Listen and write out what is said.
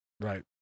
Right